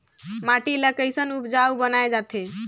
माटी ला कैसन उपजाऊ बनाय जाथे?